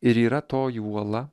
ir yra toji uola